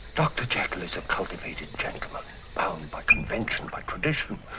dr jekyll is a cultivated gentleman, bound by convention, by tradition,